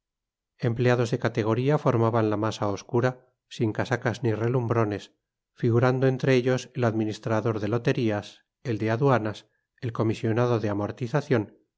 empleados de categoría formaban la masa obscura sin casacas ni relumbrones figurando entre ellos el administrador de loterías el de aduanas el comisionado de amortización